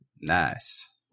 nice